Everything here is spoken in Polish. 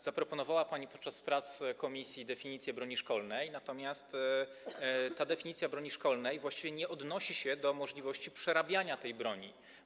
Zaproponowała pani podczas prac komisji definicję broni szkolnej, natomiast ta definicja właściwie nie odnosi się do możliwości przerabiania tej broni.